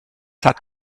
hat